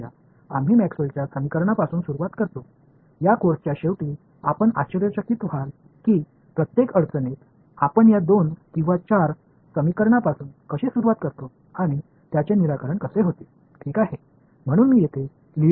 எனவே இப்போது மேக்ஸ்வெல்லின்Maxwell's சமன்பாடுகளுடன் நாம் தொடங்கும் கணக்கீட்டு em உள்ள எந்தவொரு சிக்கலையும் போலவே ஆரம்பிக்கலாம் இந்த பாடத்தின் முடிவில் இந்த இரண்டு அல்லது நான்கு சமன்பாடுகளுடன் நாம் தொடங்கும் ஒவ்வொரு பிரச்சினையும் எப்படி நமக்கு ஒரு தீர்வு கிடைக்கும் என்று நீங்கள் ஆச்சரியப்படுவீர்கள்